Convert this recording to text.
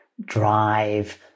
drive